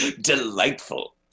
Delightful